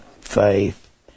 faith